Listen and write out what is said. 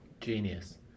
Genius